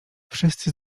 wszyscy